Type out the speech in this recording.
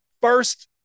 First